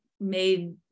made